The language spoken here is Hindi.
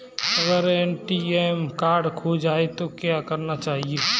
अगर ए.टी.एम कार्ड खो जाए तो क्या करना चाहिए?